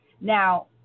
Now